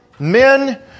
Men